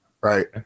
right